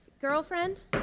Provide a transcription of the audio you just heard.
Girlfriend